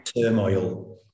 turmoil